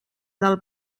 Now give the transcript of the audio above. del